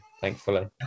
thankfully